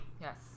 Yes